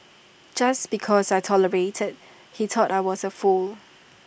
just because I tolerated he thought I was A fool